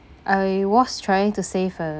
I was trying to save a